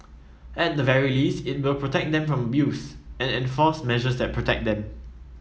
at the very least it will protect them from abuse and enforce measures that protect them